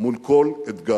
מול כל אתגר.